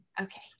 Okay